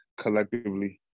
collectively